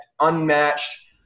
unmatched